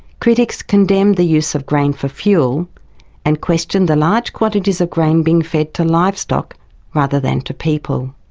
critics condemned the use of grain for fuel and questioned the large quantities of grain being fed to livestock rather than to people.